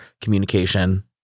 communication